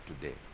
today